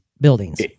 buildings